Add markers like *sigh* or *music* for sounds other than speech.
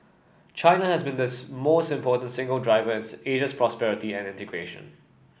China has been the most important single driver *unintelligible* in Asia's prosperity and integration